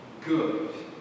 good